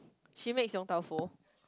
she makes Yong-Tau-Foo